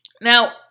Now